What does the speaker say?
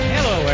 Hello